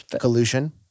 collusion